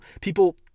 People